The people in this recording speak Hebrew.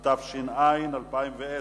(העסקה שלא כדין, הגברת האכיפה), התש"ע 2010,